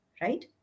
Right